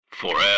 Forever